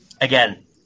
again